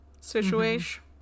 situation